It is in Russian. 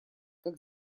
как